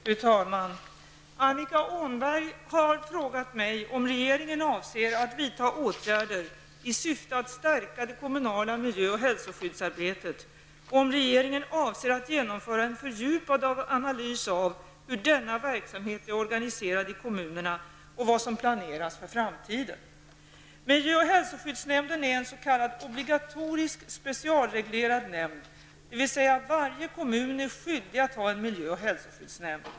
Fru talman! Annika Åhnberg har frågat mig om regeringen avser att vidta åtgärder i syfte att stärka det kommunala miljö och hälsoskyddsarbetet och om regeringen avser att genomföra en fördjupad analys av hur denna verksamhet är organiserad i kommunerna och vad som planeras för framtiden. obligatorisk specialreglerad nämnd, dvs. varje kommun är skyldig att ha en miljö och hälsoskyddsnämnd.